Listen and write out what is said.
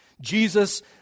Jesus